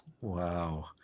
wow